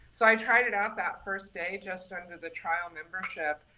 so i tried it out that first day, just under the trial membership.